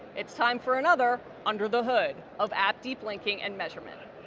it's time for another under the hood of app deep linking and measurement.